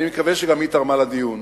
אני מקווה שגם היא תרמה לדיון.